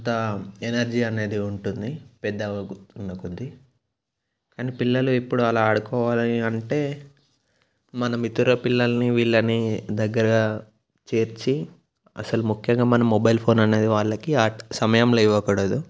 అంత ఎనర్జీ అనేది ఉంటుంది పెద్ద అవ్వతున్న కొద్ది కానీ పిల్లలు ఎప్పుడు అలా ఆడుకోవాలి అంటే మనం ఇతర పిల్లలని వీళ్ళని దగ్గరా చేర్చి అస్సలు ముఖ్యంగా మన మొబైల్ ఫోన్ అనేది వాళ్ళకి ఆ సమయంలో ఇవ్వకూడదు